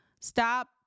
Stop